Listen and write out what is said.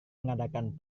mengadakan